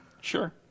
Sure